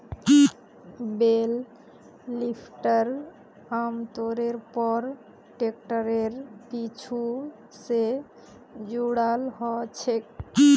बेल lifter आमतौरेर पर ट्रैक्टरेर पीछू स जुराल ह छेक